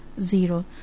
zero